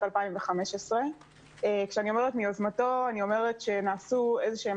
2015. כשאני אומרת "מיוזמתו" אני מתכוונת שנעשו איזשהם